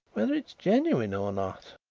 whether it is genuine or not.